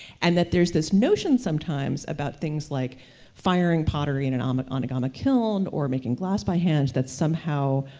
and that there's this notion sometimes about things like firing pottery and and um ah on like um a kiln, or making glass by hand, that's somehow,